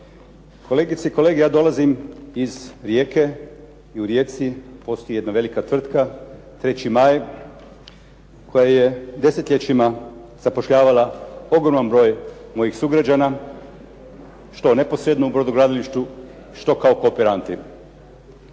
Kolegice i kolege, ja dolazim iz Rijeke, i u Rijeci postoji jedna velika tvrtka "Treći maj" koja je desetljećima zapošljavala ogroman broj mojih sugrađana, što neposredno u brodogradilištu, što kao kooperanti.